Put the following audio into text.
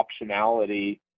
optionality